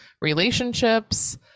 relationships